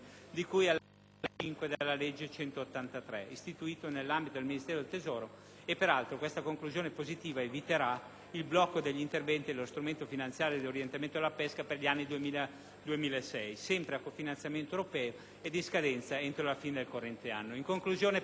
del 1987, istituito nell'ambito del Ministero del tesoro. Peraltro, questa conclusione positiva eviterà il blocco degli interventi dello Strumento finanziario di orientamento alla pesca per gli anni 2000-2006, sempre a cofinanziamento europeo ed in scadenza entro la fine del corrente anno. In conclusione, signora